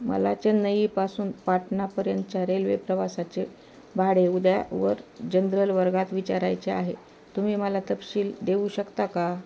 मला चेन्नईपासून पाटणापर्यंतच्या रेल्वे प्रवासाचे भाडे उद्यावर जनरल वर्गात विचारायचे आहे तुम्ही मला तपशील देऊ शकता का